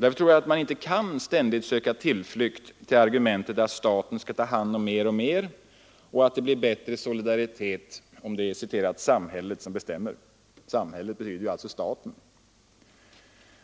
Därför tror jag att man inte ständigt skall söka sin tillflykt i argumentet att staten skall ta hand om mer och mer och att det blir bättre solidaritet om ”samhället” bestämmer. ”Samhället” betyder alltså staten.